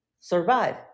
survive